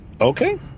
Okay